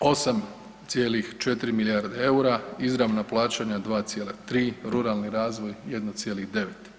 8,4 milijarde EUR-a, izravna plaćanja 2,3, ruralni razvoj 1,9.